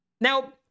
Now